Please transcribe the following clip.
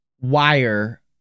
wire